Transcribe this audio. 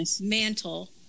mantle